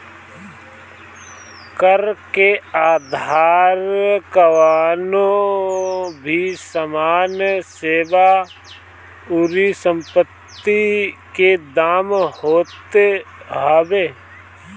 कर के आधार कवनो भी सामान, सेवा अउरी संपत्ति के दाम होत हवे